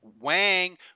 Wang